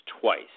twice